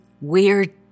weird